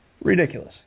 Ridiculous